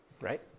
right